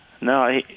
No